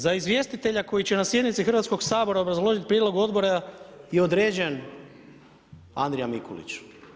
Za izvjestitelja koji će na sjednici Hrvatskog sabora obrazložiti prijedlog odbora je određen Andrija Mikulić.